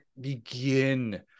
begin